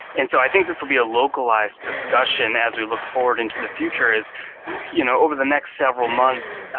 and so i think this will be a localized discussion as we look forward into the future, is you know over the next several months,